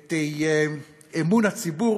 את אמון הציבור